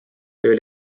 töö